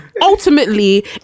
ultimately